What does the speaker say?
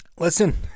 Listen